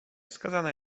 skazana